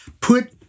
put